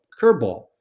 Curveball